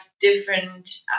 different